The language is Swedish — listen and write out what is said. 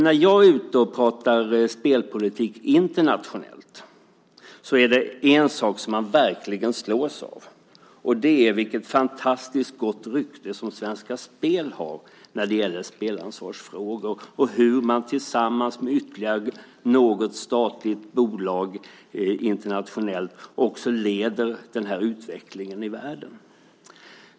När jag är ute internationellt och pratar om spelpolitik är det en sak som man verkligen slås av, nämligen av det fantastiskt goda rykte som Svenska Spel har när det gäller spelansvarsfrågor och hur Svenska Spel tillsammans med ytterligare något statligt bolag internationellt också leder den här utvecklingen i världen.